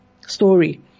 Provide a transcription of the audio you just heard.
story